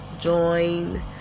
join